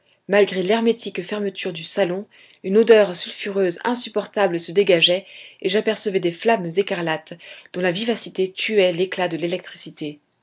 malgré l'hermétique fermeture du salon une odeur sulfureuse insupportable se dégageait et j'apercevais des flammes écarlates dont la vivacité tuait l'éclat de l'électricité